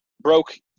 broke